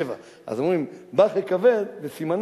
דל"ת, זה 27. אז אומרים, "בך אכבד", וסימנך: